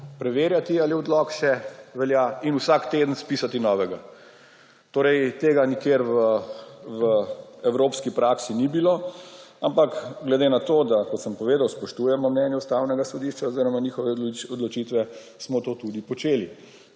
preverjati, ali odlok še velja, in vsak teden spisati novega. Torej tega nikjer v evropski praksi ni bilo. Ampak glede na to, da, kot sem povedal, spoštujemo mnenje Ustavnega sodišča oziroma njihove odločitve, smo to tudi počeli.